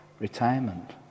retirement